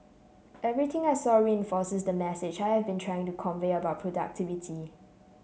everything I saw reinforces the message I have been trying to convey about productivity